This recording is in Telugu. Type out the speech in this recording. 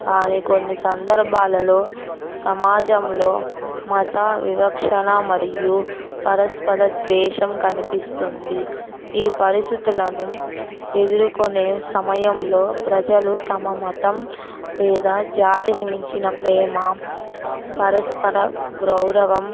కానీ కొన్ని సందర్భాలలో సమాజంలో మత వివక్షణ మరియు పరస్పర ద్వేషం కనిపిస్తుంది ఈ పరిస్థితులను ఎదుర్కొనే సమయంలో ప్రజలు తమ మతం లేదా జాతినిమించిన ప్రేమ పరస్పర గౌరవం